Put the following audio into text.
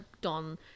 Don